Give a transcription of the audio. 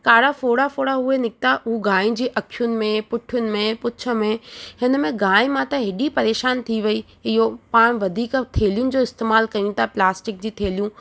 कारा फोड़ा फोड़ा उहे निकिता उहे गांहि जी अखियुनि में पुठियुनि में पुछ में हिन में गांहि माता हेॾी परेशान थी वई इहो पाण वधीक थेलियुनि जो इस्तेमालु कयूं था प्लास्टिक जी थेलियूं